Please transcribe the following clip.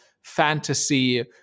fantasy